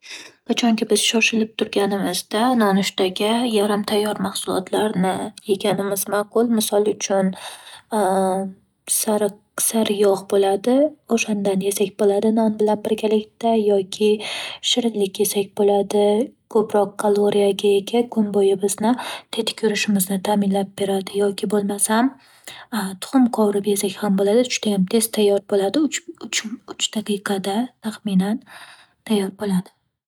Qachonki biz shoshilib turganimizda, nonushtaga yarim tayyor mahsulotlarni yeganimiz ma'qul. Misol uchun, sariq- saryog' bo'ladi, o'shandan yesak bo'ladi non bilan birgalikda yoki shirinlik yesak bo'ladi ko'proq kaloriyaga ega kun bo'yi bizni tetik yurishimizni ta'minlab beradi. Yoki bo'lmasam, tuxum qovurib yesak ham bo'ladi, judayam tez tayyor bo'ladi uch-uch daqiqada taxminan tayyor bo'ladi.